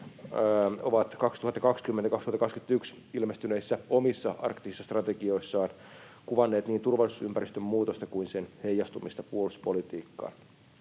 ovat 2020—2021 ilmestyneissä omissa arktisissa strategioissaan kuvanneet niin turvallisuusympäristön muutosta kuin sen heijastumista puolustuspolitiikkaan.